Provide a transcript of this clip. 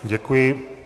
Děkuji.